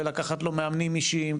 בלקחת לו מאמנים אישיים,